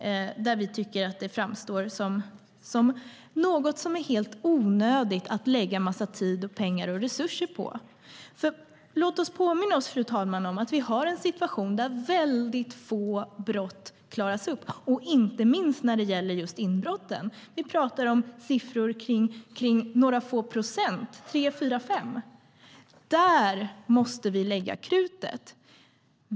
Det tycker vi framstår som något som är helt onödigt att lägga en massa tid, pengar och resurser på. Låt oss påminna oss, fru talman, om att vi har en situation där väldigt få brott klaras upp. Det gäller inte minst inbrotten; där pratar vi om några få procent - 3, 4 eller 5. Det är där vi måste lägga krutet.